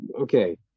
Okay